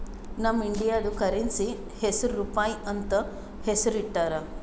ನಮ್ ಇಂಡಿಯಾದು ಕರೆನ್ಸಿ ಹೆಸುರ್ ರೂಪಾಯಿ ಅಂತ್ ಹೆಸುರ್ ಇಟ್ಟಾರ್